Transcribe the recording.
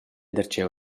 darcheu